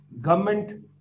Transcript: government